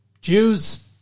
Jews